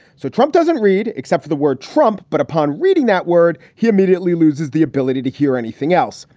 so trump doesn't read except for the word trump, but upon reading that word, he immediately loses the ability to hear anything else.